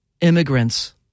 immigrants